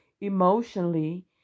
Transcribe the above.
emotionally